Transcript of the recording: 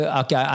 okay